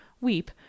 weep